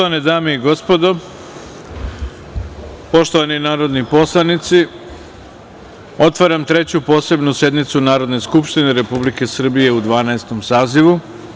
Poštovane dame i gospodo, poštovani narodni poslanici, otvaram Treću posebnu sednicu Narodne skupštine Republike Srbije u Dvanaestom sazivu.